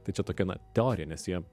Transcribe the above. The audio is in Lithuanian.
tai čia tokia na teorija nes jie